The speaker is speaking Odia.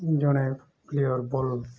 ଜଣେ ପ୍ଲେୟର୍ ବଲ୍